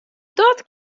dat